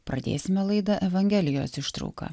pradėsime laidą evangelijos ištrauka